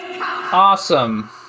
awesome